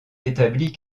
établit